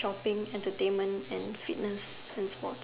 shopping entertainment and fitness and sports